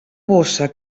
bossa